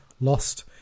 lost